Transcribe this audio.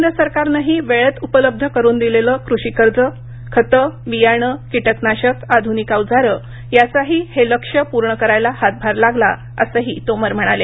केंद्र सरकारनंही वेळेत उपलब्ध करून दिलेलं कृषी कर्ज खत बियाणं किटकनाशक आधुनिक अवजारं याचाही हे लक्ष्य पूर्ण करायला हातभार लागला असंही तोमर म्हणाले